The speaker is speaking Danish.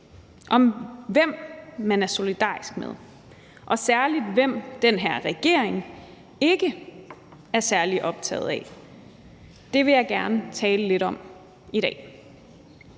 af, hvem man er solidarisk med – og særlig hvem den her regering ikke er særlig optaget af. Det vil jeg gerne tale lidt om i dag.